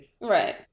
Right